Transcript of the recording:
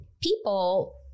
people